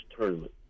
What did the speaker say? tournament